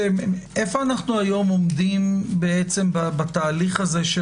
איפה אנחנו היום עומדים בתהליך הזה של